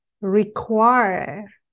require